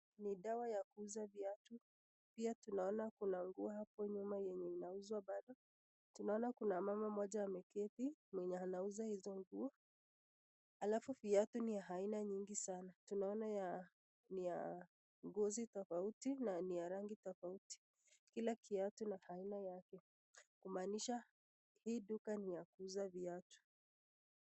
Ni idara ya kuuza viatu, pia tunaona kuna nguo hapo nyuma yenye inauzwa bado, tunaona kuna mama mmoja ameketi, mwenye anauza hizo nguo, alafu viatu ni ya aina nyingi sana, tunaona ni ya ngozi tofauti, na ni ya rangi tofauti , kila kiatu ni aina yake, kumaanisha hii duka ni ya kuuza viatu.